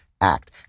act